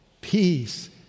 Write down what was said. peace